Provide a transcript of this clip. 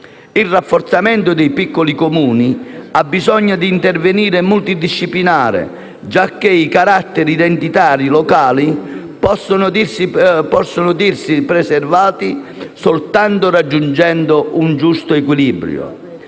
Il rafforzamento dei piccoli Comuni necessita di interventi multidisciplinari, giacché i caratteri identitari locali possono dirsi preservati soltanto raggiungendo un giusto equilibrio